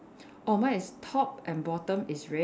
oh my is top and bottom is red